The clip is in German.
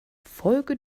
folge